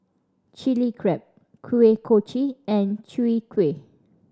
Chilli Crab Kuih Kochi and Chwee Kueh